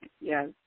Yes